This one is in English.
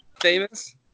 famous